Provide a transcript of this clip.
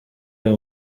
iyo